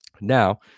now